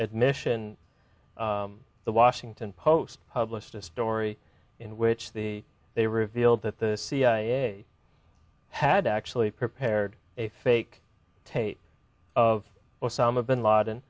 admission the washington post published a story in which the they revealed that the cia had actually prepared a fake tape of osama bin laden